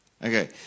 Okay